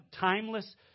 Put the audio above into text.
timeless